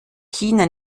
china